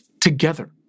together